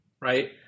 right